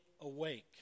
awake